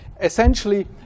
essentially